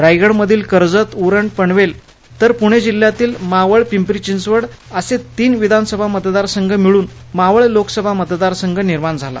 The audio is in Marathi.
रायगडमधील कर्जत उरण पनवेल तर पुणे जिल्ह्यातील मावळ पिंपरी चिंचवड असे तीन विधानसभा मतदारसंघ मिळून मावळ लोकसभा मतदारसंघ निर्माण झाला